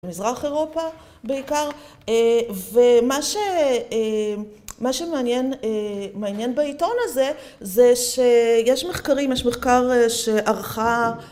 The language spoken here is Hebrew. מזרח אירופה בעיקר, אהה ומה ש מה שמעניין מעניין בעיתון הזה זה שיש מחקרים, יש מחקר שערכה